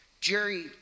Jerry